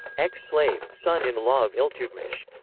ex-slave, son-in-law of iltutmish.